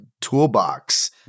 toolbox